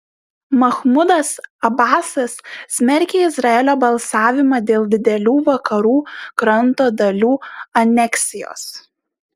machmudas abasas smerkia izraelio balsavimą dėl didelių vakarų kranto dalių aneksijos